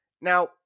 Now